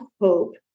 hope